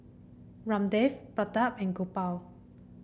Ramdev Pratap and Gopal